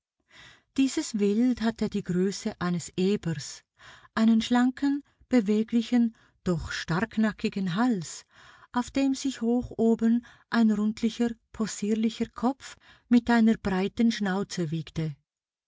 dieses wild hatte die größe eines ebers einen schlanken beweglichen doch starknackigen hals auf dem sich hoch oben ein rundlicher possierlicher kopf mit einer breiten schnauze wiegte